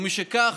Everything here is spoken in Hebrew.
ומשכך,